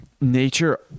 nature